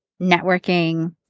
networking